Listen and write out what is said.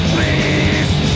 Please